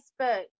Facebook